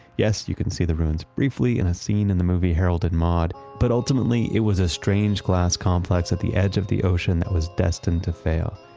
yes, you can see the ruins briefly in a scene in the movie harold and maude. but ultimately, it was a strange glass complex at the edge of the ocean that was destined to fail.